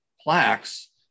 plaques